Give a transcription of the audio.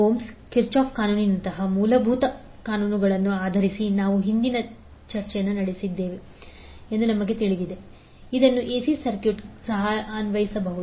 Ohm's Kirchhoff ಕಾನೂನಿನಂತಹ ಮೂಲಭೂತ ಕಾನೂನುಗಳನ್ನು ಆಧರಿಸಿ ನಾವು ಹಿಂದಿನ ಚರ್ಚೆಗಳನ್ನು ನಡೆಸಿದ್ದೇವೆ ಎಂದು ನಮಗೆ ತಿಳಿದಿದೆ ಇದನ್ನು ಎಸಿ ಸರ್ಕ್ಯೂಟ್ಗೆ ಸಹ ಅನ್ವಯಿಸಬಹುದು